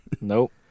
Nope